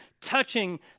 touching